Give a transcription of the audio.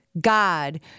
God